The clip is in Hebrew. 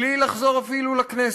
בלי לחזור אפילו לכנסת,